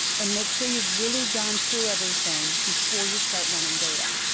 and make sure you've really gone through everything before you start running data,